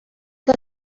que